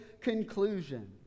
conclusion